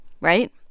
right